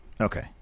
Okay